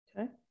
Okay